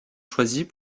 choisis